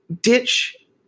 ditch